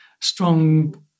strong